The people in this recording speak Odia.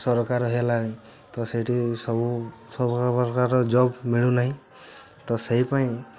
ସରକାର ହେଲାଣି ତ ସେଇଠି ସବୁ ଜବ୍ ମିଳୁନାହିଁ ତ ସେଇ ପାଇଁ